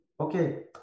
okay